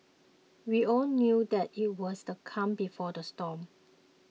we all knew that it was the calm before the storm